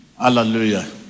Hallelujah